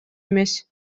эмес